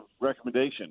recommendation